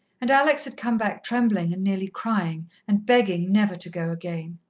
and alex had come back trembling and nearly crying, and begging never to go again.